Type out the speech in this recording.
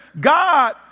God